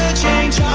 change